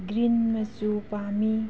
green ꯃꯆꯨ ꯄꯥꯝꯏ